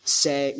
say